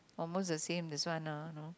almost the same this one ah no